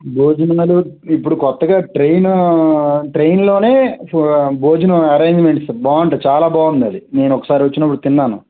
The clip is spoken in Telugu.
భోజనం అది ఇప్పుడు కొత్తగా ట్రైను ట్రైన్లోనే భోజనం అరేంజ్మెంట్స్ బాగుంటాయి చాలా బాగుంది అది నేను ఒకసారి వచ్చినప్పుడు తిన్నాను